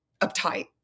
uptight